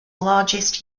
largest